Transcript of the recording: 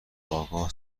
آگاه